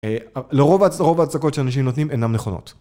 לרוב ההצגות שאנשים נותנים אינן נכונות.